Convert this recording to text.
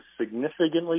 significantly